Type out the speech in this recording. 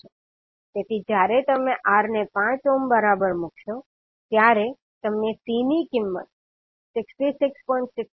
તેથી જ્યારે તમે R ને 5 ઓહ્મ ની બરાબર મૂકશો ત્યારે તમને C ની કિંમત 66